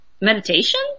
meditation